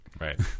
right